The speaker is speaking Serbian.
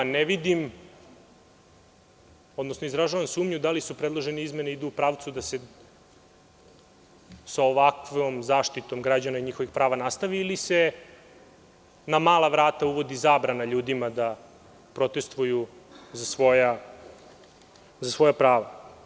Ne vidim, odnosno izražavam sumnju da li predložene izmene idu u pravcu da se sa ovakvom zaštitom građana i njihovih prava nastavi ili se na mala vrata uvodi zabrana ljudima da protestuju za svoja prava.